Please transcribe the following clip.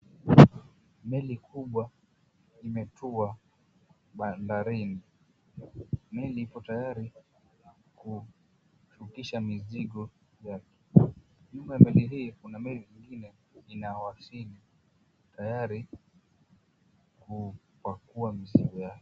Meli kubwa imetua badandari, meli iko tayari kushukisha mizigo yake. Nyuma ya meli hii kuna meli nyingine inayowasili tayari kupakua mizigo yake.